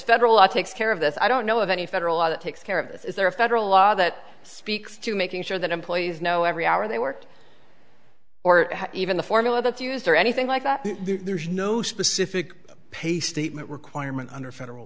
federal law takes care of this i don't know of any federal law that takes care of this is there a federal law that speaks to making sure that employees know every hour they worked or even the formula that's used or anything like that there's no specific pay statement requirement under federal